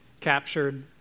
captured